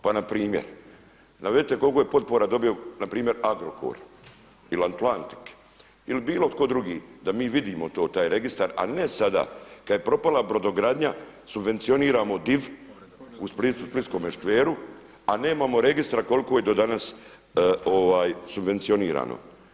Pa npr. navedite koliko je potpora dobio npr. Agrokor ili Atlantik ili bilo tko drugi da mi vidimo taj registar, a ne sada kada je propala brodogradnja, subvencioniramo Div u Splitskome škveru, a nemamo registra koliko je do danas subvencionirano.